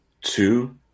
two